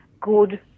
good